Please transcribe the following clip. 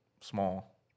small